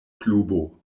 klubo